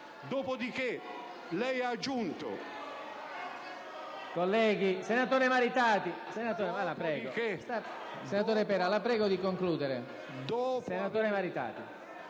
Dopodiché, lei ha aggiunto...